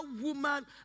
woman